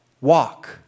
walk